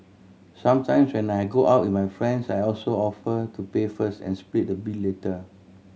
sometimes when I go out with my friends I also offer to pay first and split the bill later